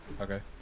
Okay